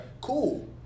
Cool